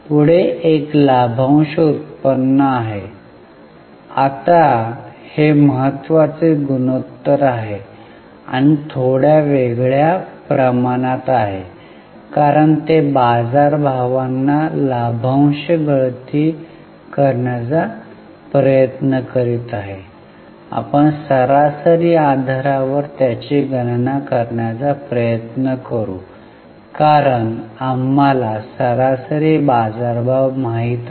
पुढे एक लाभांश उत्पन्न आहे आता हे महत्वाचे गुणोत्तर आहे आणि थोड्या वेगळ्या प्रमाणात आहे कारण ते बाजारभावांना लाभांश गळती करण्याचा प्रयत्न करीत आहे आपण सरासरी आधारावर त्याची गणना करण्याचा प्रयत्न करू कारण आम्हाला सरासरी बाजारभाव माहित आहे